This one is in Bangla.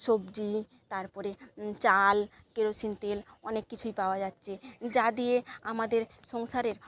সবজি তারপরে চাল কেরোসিন তেল অনেক কিছুই পাওয়া যাচ্ছে যা দিয়ে আমাদের সংসারের